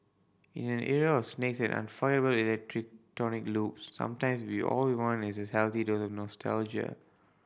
in an era of snakes and forgettable electronic loops sometimes we all want is a healthy dose of nostalgia